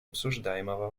обсуждаемого